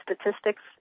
statistics